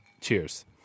cheers